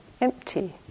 empty